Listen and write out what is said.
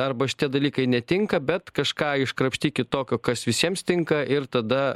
arba šitie dalykai netinka bet kažką iškrapštyk kitokio kas visiems tinka ir tada